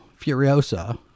Furiosa